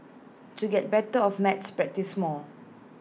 to get better of maths practise more